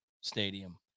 stadium